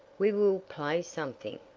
we will play something.